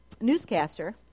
newscaster